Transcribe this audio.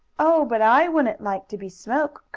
oh, but i wouldn't like to be smoke!